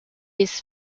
his